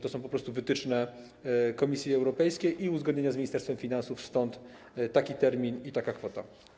To są po prostu wytyczne Komisji Europejskiej i uzgodnienia z Ministerstwem Finansów, stąd taki termin i taka kwota.